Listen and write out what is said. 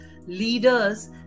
leaders